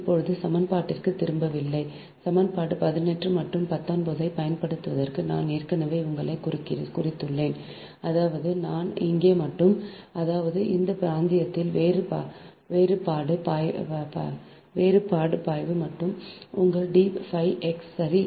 இப்போது சமன்பாட்டிற்குத் திரும்புவதில்லை சமன்பாடு 18 மற்றும் 19 ஐப் பயன்படுத்துவதற்கு நான் ஏற்கனவே உங்களைக் குறித்துள்ளேன் அதாவது இங்கே மட்டும் அதாவது இந்த பிராந்தியத்தில் வேறுபாடு பாய்வு மட்டுமே உங்கள் d phi x சரி